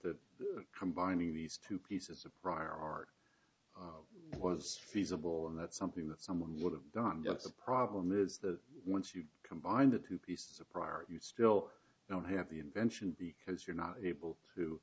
that combining these two pieces of prior art was feasible and that something that someone would have done the problem is that once you combine the two pieces of prior art you still don't have the invention because you're not able to